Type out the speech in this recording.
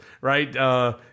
Right